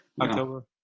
october